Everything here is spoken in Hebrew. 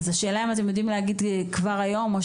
אז השאלה אם אתם יודעים להגיד כבר היום?